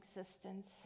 existence